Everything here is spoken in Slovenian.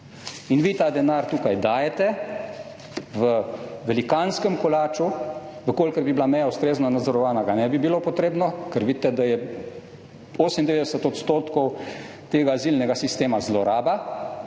In vi ta denar tukaj dajete v velikanskem kolaču. Če bi bila meja ustrezno nadzorovana, ga ne bi bilo potrebno, ker vidite, da je 98 % tega azilnega sistema zloraba.